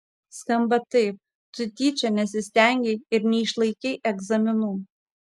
skamba taip tu tyčia nesistengei ir neišlaikei egzaminų